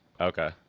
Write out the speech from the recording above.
Okay